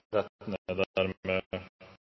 nr. 13.